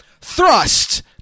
thrust